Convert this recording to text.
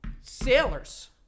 sailors